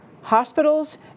hospitals